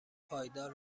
پایدار